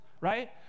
right